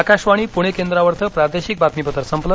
आकाशवाणी पुणे केंद्रावरच प्रादेशिक बातमीपत्र संपल